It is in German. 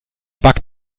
backt